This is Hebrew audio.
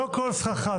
לא כל סככה.